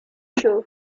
show